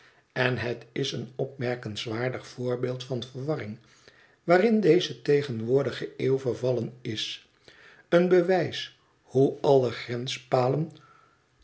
en het is een opmerkenswaardig voorbeeld van de verwarring waarin deze tegenwoordige eeuw vervallen is een bewijs hoe